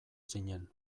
zinen